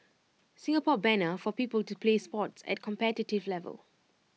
Singapore banner for people to play sports at competitive level